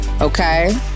okay